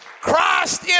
Christ